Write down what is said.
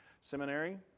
Seminary